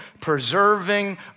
preserving